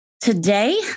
Today